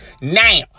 Now